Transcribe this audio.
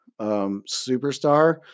superstar